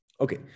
Okay